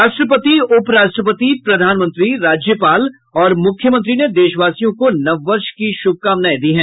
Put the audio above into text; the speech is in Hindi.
राष्ट्रपति उप राष्ट्रपति प्रधानमंत्री राज्यपाल और मुख्यमंत्री ने देशवासियों को नव वर्ष की शुभकामनाएं दी हैं